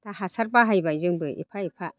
दा हासार बाहायबाय जोंबो एफा एफा